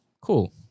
Cool